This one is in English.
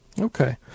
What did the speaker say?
Okay